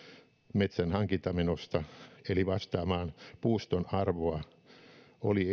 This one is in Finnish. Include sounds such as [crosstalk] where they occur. metsänhankintamenosta eli vastaamaan puuston arvoa oli [unintelligible]